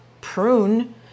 prune